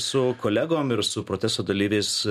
su kolegom ir su protesto dalyviais